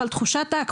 אבל תחושת ההקפצה,